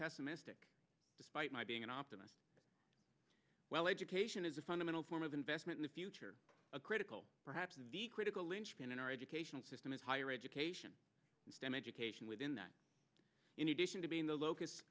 pessimistic despite my being an optimist while education is a fundamental form of investment in the future a critical perhaps critical linchpin in our educational system is higher education stem education within that in addition to being the locus